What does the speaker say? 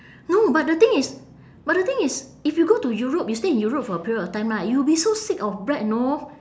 no but the thing is but the thing is if you go to europe you stay in europe for a period of time right you will be so sick of bread know